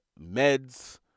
meds